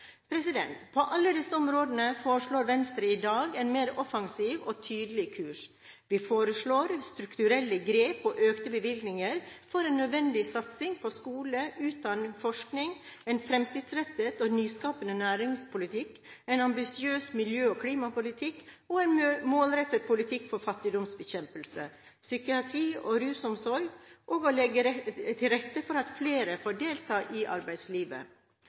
På alle disse områdene foreslår Venstre i dag en mer offensiv og tydeligere kurs. Vi foreslår strukturelle grep og økte bevilgninger for en nødvendig satsing på skole, utdanning og forskning, en fremtidsrettet og nyskapende næringspolitikk, en ambisiøs miljø- og klimapolitikk og en målrettet politikk for fattigdomsbekjempelse, psykiatri- og rusomsorg, og å legge til rette for at flere kan delta i arbeidslivet.